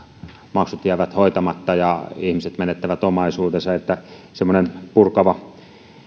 maksut jäävät hoitamatta ja ihmiset menettävät omaisuutensa semmoinen purkava